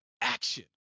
action